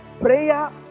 prayer